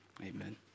Amen